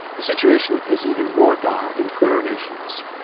the situation is even more dire in poorer nations.